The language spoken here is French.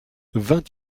vingt